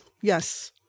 Yes